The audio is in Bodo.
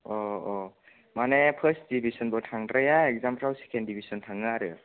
माने पास दिबिसनबो थांद्राया एकजामफ्राव सेकेन्द दिबिसन थाङो आरो